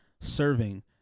serving